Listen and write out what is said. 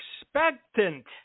expectant